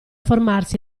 formarsi